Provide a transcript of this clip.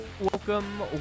welcome